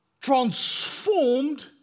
Transformed